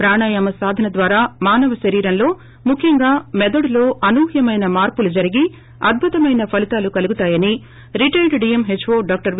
ప్రాణాయామ సాధన ద్వారా మానవ శరీరంలో ముఖ్యంగా మెదడులో అనూహ్యమైన మార్పులు జరగి అద్దుతమైన ఫలితాలు కలుగుతాయని డాక్టర్ వి